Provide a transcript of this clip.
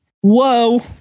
Whoa